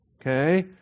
okay